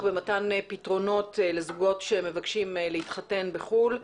במתן פתרונות לזוגות שמבקשים להתחתן בחו"ל,